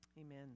Amen